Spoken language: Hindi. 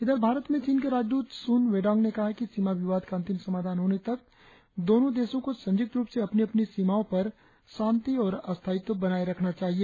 इधर भारत में चीन के राजदूत सुन वेडॉंग ने कहा है कि सीमा विवाद का अंतिम समाधान होने तक दोनों देशों को संयुक्त रुप से अपनी अपनी सीमाओं पर शांति और स्थायित्व बनाए रखना चाहिए